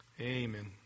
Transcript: Amen